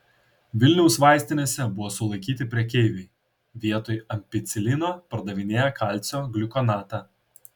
vilniaus vaistinėse buvo sulaikyti prekeiviai vietoj ampicilino pardavinėję kalcio gliukonatą